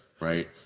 Right